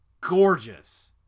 gorgeous